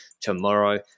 tomorrow